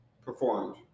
performed